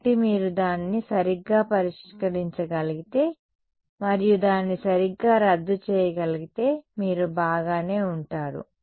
కాబట్టి మీరు దానిని సరిగ్గా పరిష్కరించగలిగితే మరియు దాన్ని సరిగ్గా రద్దు చేయగలిగితే మీరు బాగానే ఉంటారు